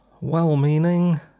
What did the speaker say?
well-meaning